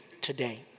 today